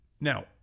Now